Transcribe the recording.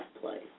place